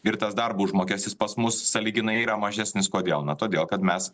ir tas darbo užmokestis pas mus sąlyginai yra mažesnis kodėl na todėl kad mes